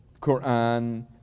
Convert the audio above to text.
Quran